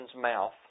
mouth